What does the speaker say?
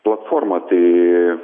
platformą tai